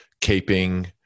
keeping